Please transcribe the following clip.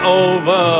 over